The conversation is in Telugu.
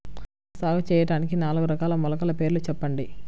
నేను సాగు చేయటానికి నాలుగు రకాల మొలకల పేర్లు చెప్పండి?